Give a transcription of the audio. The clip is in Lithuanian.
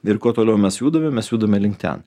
ir kuo toliau mes judame mes judame link ten